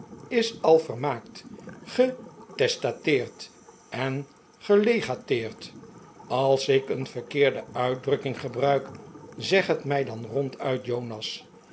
is al vermaakt getestateerd en gelegateerd als ik een verkeerde uitdrukking gebruik zeg het mij dan ronduit jonas